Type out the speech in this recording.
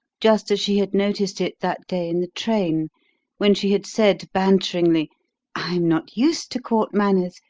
just as she had noticed it that day in the train when she had said banteringly i am not used to court manners.